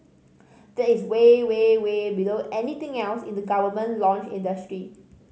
that is way way way below anything else in the government launch industry